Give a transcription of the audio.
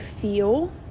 feel